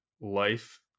life